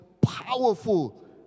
powerful